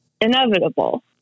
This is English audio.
inevitable